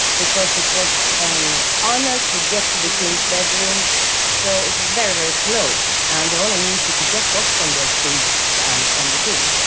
because it was an honor to get to the king's bedroom so it was very, very closed. and the only news you could get was from the priests and from the king.